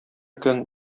көн